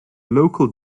local